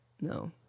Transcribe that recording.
No